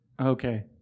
Okay